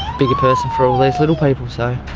bigger person for all these little people, so.